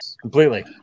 Completely